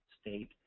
state